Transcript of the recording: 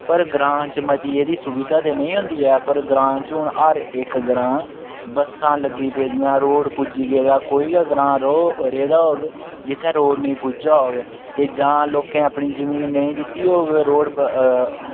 पर ग्रांऽ च मती एह्दी सुविधा ते नेईं होंदी ऐ पर ग्रांऽ च हून हर इक ग्रांऽ बस्सां लग्गी पेदियां रोड पुज्जी गेदा कोई गै ग्रांऽ रौ रेह्दा होग जित्थै रोड नी पुज्जा होग ते जां लोकें अपनी जमीन नेईं दित्ती होग रोड ब